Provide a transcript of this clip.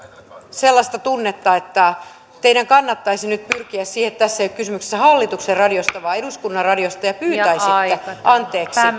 sellaista tunnetta että teidän kannattaisi nyt pyrkiä siihen että tässä ei ole kysymys hallituksen radiosta vaan eduskunnan radiosta ja pyytäisitte anteeksi